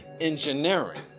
engineering